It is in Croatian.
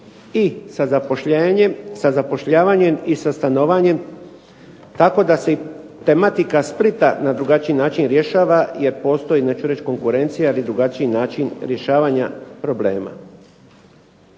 i sa zapošljavanjem i sa stanovanjem. Tako da se tematika Splita drugačije rješava, jer postoji neću reći konkurencija ali drugačiji način rješavanja problema.